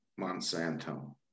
Monsanto